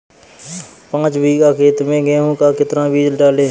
पाँच बीघा खेत में गेहूँ का कितना बीज डालें?